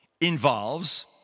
involves